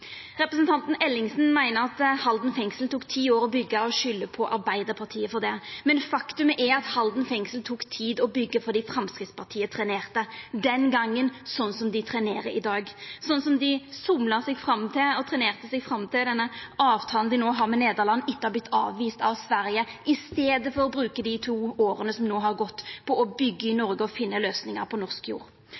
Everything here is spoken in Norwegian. Representanten Ellingsen meiner at Halden fengsel tok ti år å byggja, og skuldar på Arbeidarpartiet for det, men faktum er at Halden fengsel tok tid å byggja fordi Framstegspartiet trenerte den gongen, slik dei trenerer i dag, slik dei somla seg fram til og trenerte seg fram til den avtalen dei no har med Nederland, etter å ha vorte avviste av Sverige, i staden for å bruka dei to åra som no har gått, til å byggja i Noreg og finna løysingar på norsk jord.